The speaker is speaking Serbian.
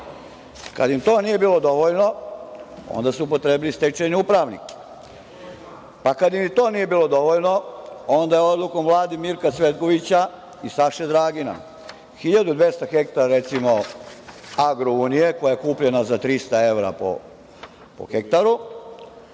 Kada im to nije bilo dovoljno, onda su upotrebili stečajne upravnike. Pa kada im ni to nije bilo dovoljno, onda je odlukom Vlade Mirka Cvetkovića i Saše Dragina 1200 hektara, recimo, „Agrounije“ koja je kupljena za 300 evra po hektaru.